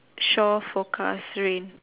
shaw forecast rain